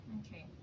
okay